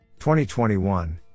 2021